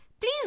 please